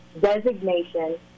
designation